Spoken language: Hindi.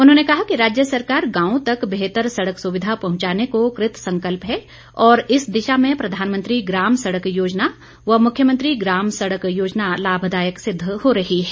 उन्होंने कहा कि राज्य सरकार गांवों तक बेहतर सड़क सुविधा पहुंचाने को कृतसंकल्प है और इस दिशा में प्रधानमंत्री ग्राम सड़क योजना व मुख्यमंत्री ग्राम सड़क योजना लाभदायक सिद्ध हो रही है